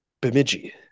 bemidji